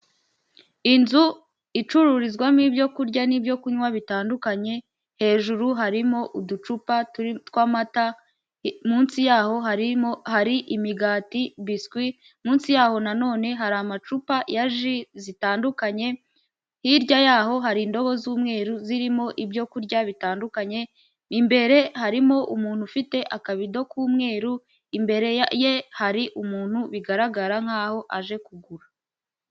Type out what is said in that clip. Inzu icururizwamo ibyokurya n'ibyokunywa bitandukanye, hejuru harimo uducupa tw'amata munsi yaho harimo hari imigati biswi munsi yaho na none hari amacupa ya ji zitandukanye hirya yaho hari indobo z'umweru, zirimo ibyokurya bitandukanye, imbere harimo umuntu ufite akabido k'umweru, imbere ye hari umuntu bigaragara nk'aho aje kugura.